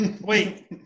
Wait